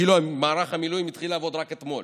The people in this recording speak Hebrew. כאילו מערך המילואים התחיל לעבוד רק אתמול.